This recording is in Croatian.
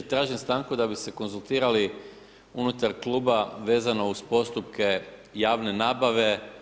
Tražim stanku da bi se konzultirali unutar kluba vezano uz postupke javne nabave.